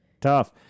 tough